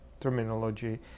terminology